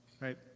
right